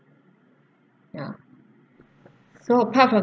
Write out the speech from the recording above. ya so apart from